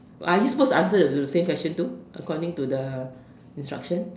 are you supposed to answer the the same question too according to the instruction